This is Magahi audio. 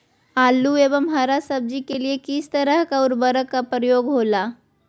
आलू एवं हरा सब्जी के लिए किस तरह का उर्वरक का उपयोग होला?